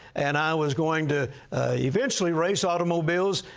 and i was going to eventually race automobiles.